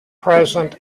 present